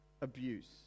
abuse